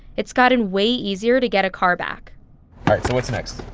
it's gotten way easier to get a car back all right, so what's next?